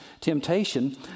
temptation